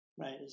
right